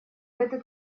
этот